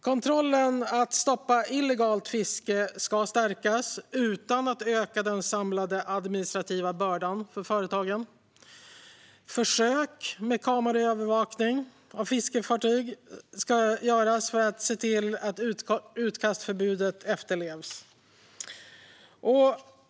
Kontrollen för att stoppa illegalt fiske ska stärkas, utan att den samlade administrativa bördan för företagen ökar. Försök med kameraövervakning av fiskefartyg ska göras för att se till att utkastförbudet efterlevs.